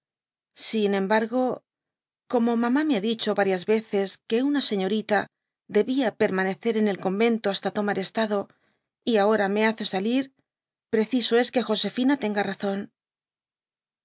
sin embargo como mamá me ha dicho varias veces que una señorita dcbia permanecer en el convento hasta tomar estado y ahora me hace salir preciso es que josefina tenga razón